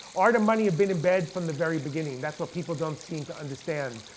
art and money have been in bed from the very beginning. that's what people don't seem to understand.